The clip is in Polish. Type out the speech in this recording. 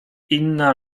inna